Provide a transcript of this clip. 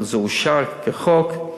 אבל זה אושר כחוק.